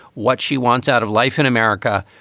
what she wants out of life in america.